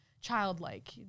childlike